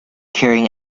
curing